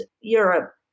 Europe